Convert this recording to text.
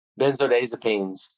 benzodiazepines